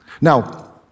Now